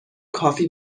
کافی